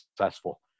successful